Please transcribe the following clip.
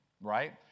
right